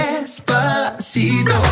Despacito